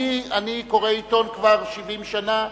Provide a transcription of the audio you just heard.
אני קורא עיתון כבר 70 שנה.